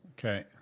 okay